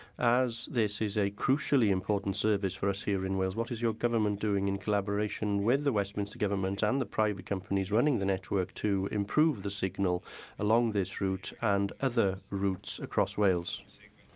as this is a crucially important service for us here in wales, what is your government doing in collaboration with the westminster government and the private companies running the network to improve the signal along this route and also other routes across wales?